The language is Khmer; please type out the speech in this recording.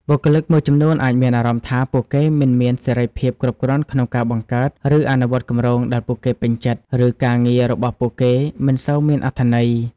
បុគ្គលិកមួយចំនួនអាចមានអារម្មណ៍ថា ពួកគេមិនមានសេរីភាពគ្រប់គ្រាន់ក្នុងការបង្កើត ឬអនុវត្តគម្រោងដែលពួកគេពេញចិត្ត ឬថាការងាររបស់ពួកគេមិនសូវមានអត្ថន័យ។